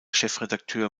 chefredakteur